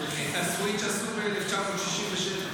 את הסוויץ' עשו ב-1967.